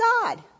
God